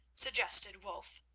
suggested wulf.